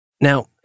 Now